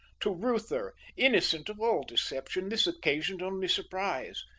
to reuther, innocent of all deception, this occasioned only surprise,